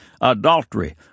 adultery